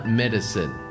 medicine